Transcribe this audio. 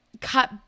cut